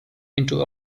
into